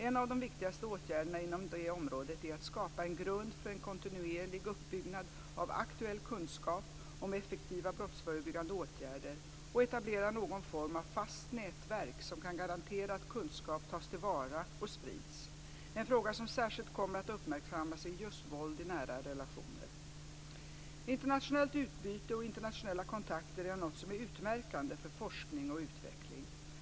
En av de viktigaste åtgärderna inom detta område är att skapa en grund för en kontinuerlig uppbyggnad av aktuell kunskap om effektiva brottsförebyggande åtgärder och etablera någon form av fast nätverk som kan garantera att kunskap tas till vara och sprids. En fråga som särskilt kommer att uppmärksammas är just våld i nära relationer. Internationellt utbyte och internationella kontakter är något som är utmärkande för forskning och utveckling.